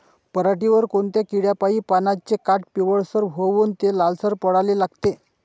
पऱ्हाटीवर कोनत्या किड्यापाई पानाचे काठं पिवळसर होऊन ते लालसर पडाले लागते?